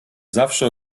zawsze